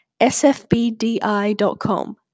sfbdi.com